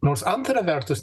nors antra vertus